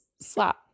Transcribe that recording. slap